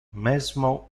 mesmo